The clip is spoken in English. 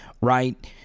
Right